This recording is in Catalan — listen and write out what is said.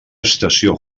estació